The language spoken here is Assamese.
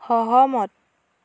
সহমত